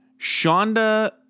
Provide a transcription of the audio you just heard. Shonda